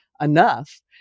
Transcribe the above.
enough